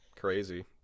crazy